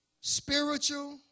spiritual